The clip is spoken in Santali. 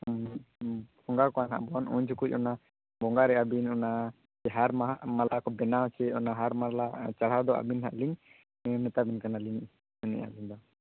ᱵᱚᱸᱜᱟ ᱠᱚᱣᱟ ᱱᱟᱦᱟᱸᱜ ᱵᱚᱱ ᱩᱱᱡᱩᱠᱷᱚᱱ ᱚᱱᱟ ᱵᱚᱸᱜᱟ ᱨᱮᱭᱟᱜ ᱟᱵᱤᱱ ᱚᱱᱟ ᱦᱟᱨ ᱢᱟᱦᱟ ᱢᱟᱞᱟ ᱠᱚ ᱵᱮᱱᱟᱣ ᱥᱮ ᱚᱱᱟ ᱦᱟᱨᱢᱟᱞᱟ ᱪᱟᱲᱦᱟᱣ ᱫᱚ ᱟᱹᱵᱤᱱ ᱱᱟᱦᱟᱸᱜ ᱞᱤᱧ ᱢᱮᱛᱟᱵᱤᱱ ᱠᱟᱱᱟᱞᱤᱧ ᱟᱹᱞᱤᱧ ᱫᱚ